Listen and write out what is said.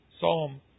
Psalm